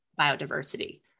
biodiversity